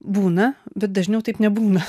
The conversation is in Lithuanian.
būna bet dažniau taip nebūna